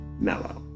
mellow